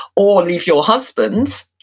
or leave your husband,